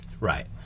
Right